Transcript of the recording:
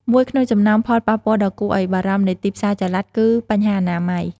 មួយក្នុងចំណោមផលប៉ះពាល់ដ៏គួរឲ្យបារម្ភនៃទីផ្សារចល័ត គឺបញ្ហាអនាម័យ។